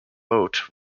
vote